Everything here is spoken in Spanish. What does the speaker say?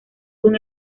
con